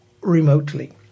remotely